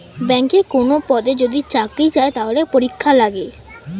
ব্যাংকে কোনো পদে যদি চাকরি চায়, তাহলে পরীক্ষা লাগে